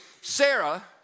Sarah